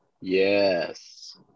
Yes